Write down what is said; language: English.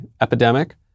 epidemic